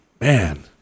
man